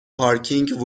پارکینگ